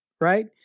right